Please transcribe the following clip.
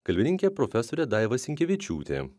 kalbininkė profesorė daiva sinkevičiūtė